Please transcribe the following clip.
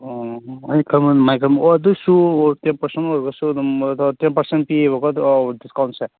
ꯑꯣ ꯑꯩ ꯈꯟꯕꯅ ꯑꯣ ꯑꯗꯨꯑꯣꯏꯁꯨ ꯑꯣ ꯇꯦꯟ ꯄꯔꯁꯦꯟ ꯑꯣꯏꯕꯁꯨ ꯑꯗꯨꯝ ꯑꯗꯨꯗ ꯇꯦꯟ ꯄꯔꯁꯦꯟ ꯄꯤꯑꯦꯕꯀꯣ ꯗꯤꯁꯀꯥꯎꯟꯁꯦ